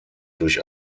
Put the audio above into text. durch